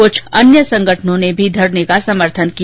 कुछ अन्य संगठनों ने भी धरने का समर्थन किया